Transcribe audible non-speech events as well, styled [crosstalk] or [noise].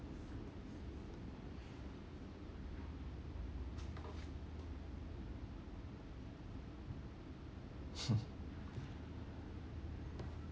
[laughs]